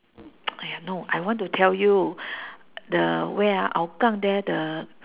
!aiya! no I want to tell you the where ah hougang there the